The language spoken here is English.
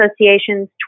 Association's